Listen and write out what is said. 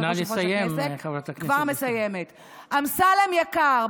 כבר מסיימת: אמסלם יקר,